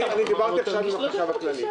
דיברתי עכשיו עם החשב הכללי.